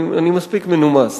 אני מספיק מנומס,